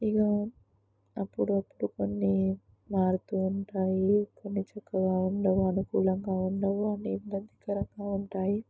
ఇక అప్పుడప్పుడు కొన్ని మారుతు ఉంటాయి కొన్ని చక్కగా ఉండవు అనుకూలంగా ఉండవు అన్ని భయకరంగా ఉంటాయి